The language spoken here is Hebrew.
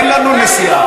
אין לנו נשיאה.